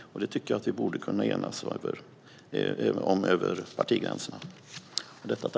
Det tycker jag att vi borde kunna enas om över partigränserna.